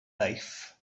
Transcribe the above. life